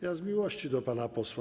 Ja z miłości do pana posła.